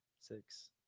six